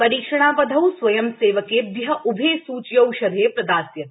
परीक्षणावधौ स्वयंसेवकेभ्यः उभे सूच्यौषधे प्रदास्यते